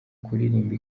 kuririmba